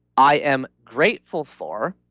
i am grateful for,